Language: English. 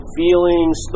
feelings